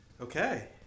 Okay